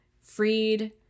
freed